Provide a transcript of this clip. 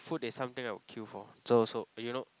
food is something I would kill for so